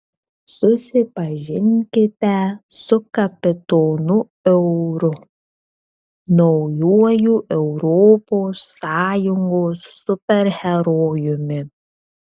susipažinkite su kapitonu euru naujuoju europos sąjungos superherojumi